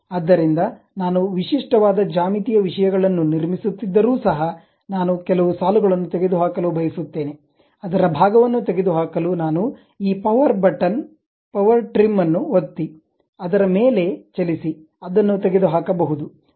ಆದ್ದರಿಂದ ನಾನು ವಿಶಿಷ್ಟವಾದ ಜ್ಯಾಮಿತೀಯ ವಿಷಯಗಳನ್ನು ನಿರ್ಮಿಸುತ್ತಿದ್ದರೂ ಸಹ ನಾನು ಕೆಲವು ಸಾಲುಗಳನ್ನು ತೆಗೆದುಹಾಕಲು ಬಯಸುತ್ತೇನೆ ಅದರ ಭಾಗವನ್ನು ತೆಗೆದುಹಾಕಲು ನಾನು ಈ ಪವರ್ ಬಟನ್ ನ ಪವರ್ ಟ್ರಿಮ್ ಅನ್ನು ಒತ್ತಿ ಅದರ ಮೇಲೆ ಚಲಿಸಿ ಅದನ್ನು ತೆಗೆದು ಹಾಕಬಹುದು